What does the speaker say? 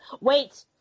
Wait